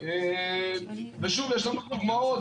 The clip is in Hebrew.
יש לנו דוגמאות.